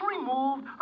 removed